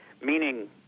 meaning